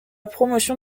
promotion